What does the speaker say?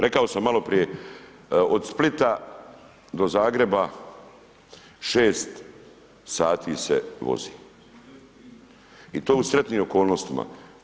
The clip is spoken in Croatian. Rekao sam maloprije od Splita do Zagreba 6 sati se vozi i to u sretnim okolnostima.